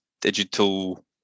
digital